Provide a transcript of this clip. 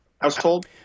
household